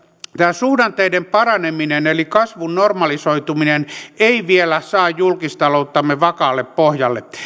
tämä suhdanteiden paraneminen eli kasvun normalisoituminen ei vielä saa julkistalouttamme vakaalle pohjalle